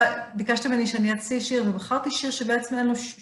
ביקשת ממני שאני אציע שיר נכון, ובחרתי שיר שבעצמנו שווה...